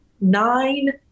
nine